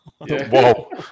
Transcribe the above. Whoa